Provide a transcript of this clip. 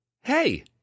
hey